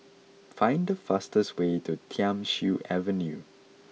find the fastest way to Thiam Siew Avenue